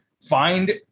find